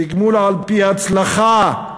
תגמול על-פי הצלחה,